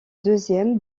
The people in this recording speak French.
deuxième